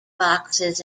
boxes